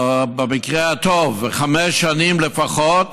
במקרה הטוב, וחמש שנים לפחות,